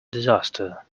disaster